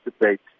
debate